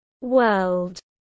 world